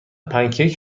پنکیک